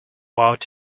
out